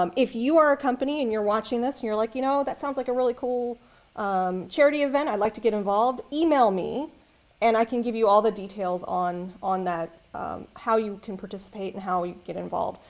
um if you are a company and you're watching this and you're like, you know, that sounds like a really cool um charity event. i'd like to get involved. email me and i can give you all the details on on how you can participate and how you can get involved.